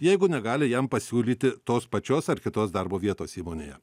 jeigu negali jam pasiūlyti tos pačios ar kitos darbo vietos įmonėje